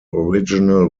original